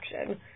action